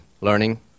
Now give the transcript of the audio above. learning